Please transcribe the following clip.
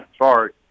Sorry